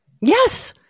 Yes